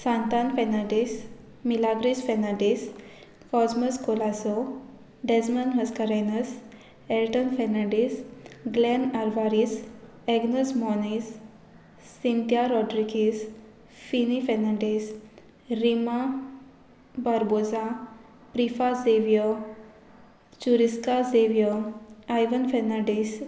सांतान फेनाडीस मिलाग्रिस फेनाडीस कौजमस कोलासो डॅजमन मस्कारेनस एल्टन फेनाडीस ग्लॅन आरवारीस एग्नस मोनीस सिंथिया रॉड्रिकीस फिनी फेनांडीस रिमा बारबोजा प्रिफा झेव्यो चुरिस्का झेव्यो आयवन फेनांडीस